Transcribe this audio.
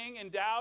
endowed